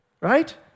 Right